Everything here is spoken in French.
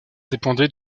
dépendait